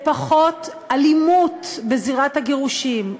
לפחות אלימות בזירת הגירושים,